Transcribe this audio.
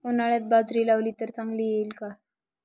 उन्हाळ्यात बाजरी लावली तर चांगली येईल का?